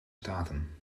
staten